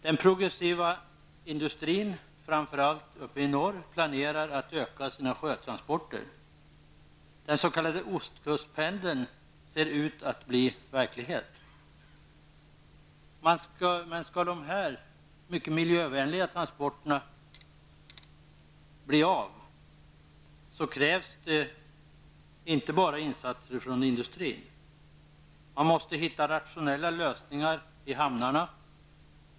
Den progressiva industrin, framför allt uppe i norr, planerar att öka sina sjötransporter. Den s.k. ostkustpendeln ser ut att bli verklighet. Men för att dessa mycket miljövänliga transporter skall kunna bli av krävs det inte bara insatser från industrin utan också rationella lösningar i hamnarna.